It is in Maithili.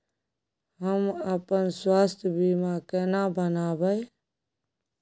हम अपन स्वास्थ बीमा केना बनाबै?